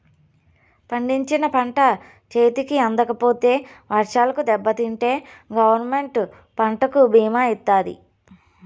పండించిన పంట చేతికి అందకపోతే వర్షాలకు దెబ్బతింటే గవర్నమెంట్ పంటకు భీమా ఇత్తాది